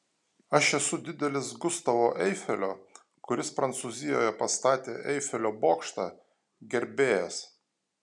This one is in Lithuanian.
aš esu didelis gustavo eifelio kuris prancūzijoje pastatė eifelio bokštą gerbėjas